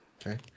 Okay